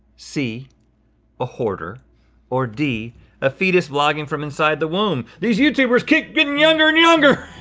c a hoarder or d a fetus vlogging from inside the womb. these youtubers keep getting younger and younger,